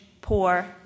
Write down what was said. poor